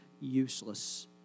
useless